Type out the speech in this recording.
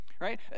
right